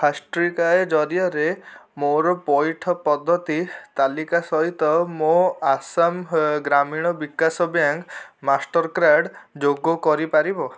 ଫାଷ୍ଟ୍ରିକାଏ ଜରିଆରେ ମୋର ପଇଠ ପଦ୍ଧତି ତାଲିକା ସହିତ ମୋ ଆସାମ ଗ୍ରାମୀଣ ବିକାଶ ବ୍ୟାଙ୍କ୍ ମାଷ୍ଟର୍କାର୍ଡ଼୍ ଯୋଗ କରିପାରିବ